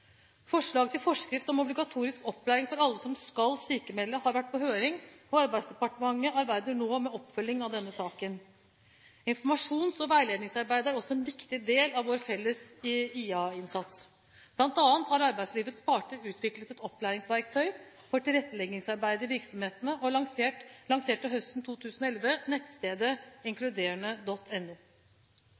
Forslag til forskrift om obligatorisk opplæring for alle som skal sykmelde, har vært på høring, og Arbeidsdepartementet arbeider nå med oppfølging av denne saken. Informasjons- og veiledningsarbeidet er også en viktig del av vår felles IA-innsats. Blant annet har arbeidslivets parter utviklet et opplæringsverktøy for tilretteleggingsarbeidet i virksomhetene og lanserte høsten 2011 nettstedet